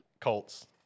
Colts